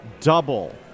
double